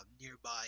nearby